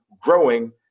growing